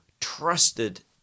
trusted